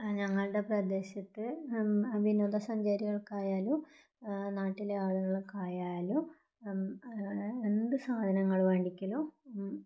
ആ ഞങ്ങളടെ പ്രദേശത്ത് വിനോദ സഞ്ചാരികൾക്കായാലും നാട്ടിലെ ആളുകൾക്കായാലും എന്തു സാധനങ്ങൾ വേണ്ടിക്കിലും